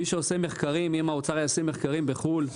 אם האושר יעשה מחקרים בחו"ל,